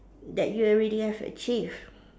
that you already have achieved